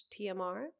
tmr